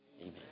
Amen